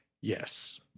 yes